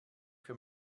für